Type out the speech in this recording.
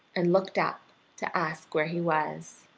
and looked up to ask where he was.